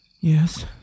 Yes